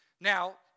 Now